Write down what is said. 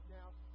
now